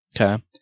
Okay